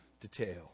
detail